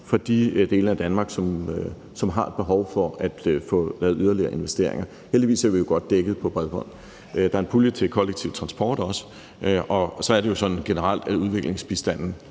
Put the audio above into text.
for de dele af Danmark, som har et behov for at få lavet yderligere investeringer. Heldigvis er vi jo godt dækket på bredbånd. Der er også en pulje til kollektiv transport. Og så er det jo sådan generelt, at udviklingsbistanden